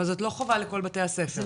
אבל זאת לא חובה לכל בתי הספר,